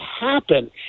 happen